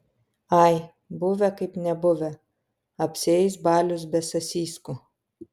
ai buvę kaip nebuvę apsieis balius be sasiskų